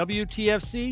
wtfc